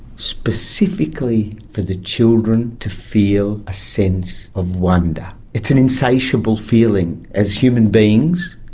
specifically for the children to feel a sense of wonder. it's an insatiable feeling. as human beings,